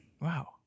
Wow